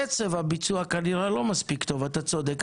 קצב הביצוע כנראה לא מספיק טוב, אתה צודק.